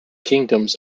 kingdoms